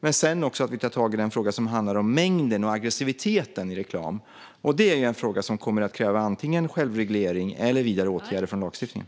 Viktigt är också att ta tag i frågan om mängden och aggressiviteten i reklamen, och här kommer det att krävas antingen självreglering eller vidare åtgärder i lagstiftningen.